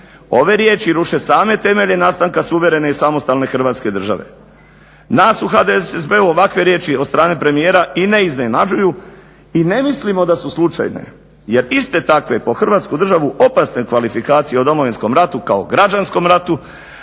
Ove riječi ruše same temelje nastanaka suverene i samostalne hrvatske države. Nas u HDSSB-u ovakve riječi od strane premijera i ne iznenađuju i ne mislimo da su slučajno jer iste takve po hrvatsku državu opasne kvalifikacije o Domovinskom ratu kao građanskom ratu